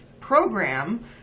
program